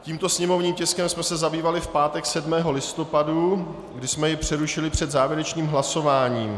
Tímto sněmovním tiskem jsme se zabývali v pátek 7. listopadu, kdy jsme jej přerušili před závěrečným hlasováním.